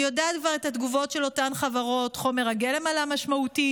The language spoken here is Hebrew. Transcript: אני יודעת כבר את התגובות של אותן חברות: חומר הגלם עלה משמעותית,